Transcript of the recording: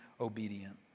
obedient